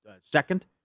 second